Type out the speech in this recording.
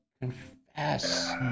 Confess